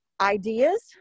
ideas